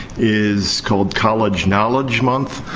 is called college knowledge month.